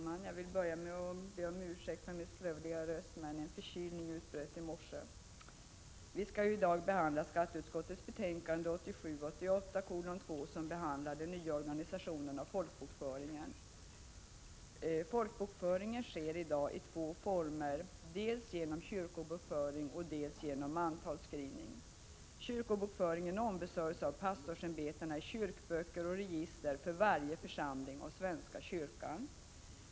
Herr talman! Vi skall i dag behandla skatteutskottets betänkande 1987/ 88:2 som rör den nya organisationen för folkbokföringen. Folkbokföringen sker i dag i två former, dels som kyrkobokföring, dels som mantalsskrivning. Kyrkobokföringen ombesörjs av pastorsämbetena i kyrkoböcker och register för varje församling av svenska kyrkan.